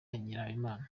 nyirahabimana